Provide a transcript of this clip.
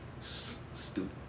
Stupid